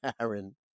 Aaron